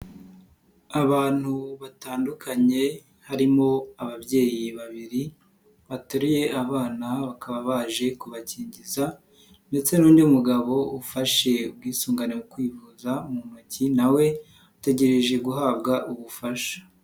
Abantu batandukanye harimo ababyeyi babiri bateruye abana bakaba baje kubakingiza ndetse n'undi mugabo ufashe ubwisungane mu kwivuza mu ntoki na we ategereje guhabwa ubufasha.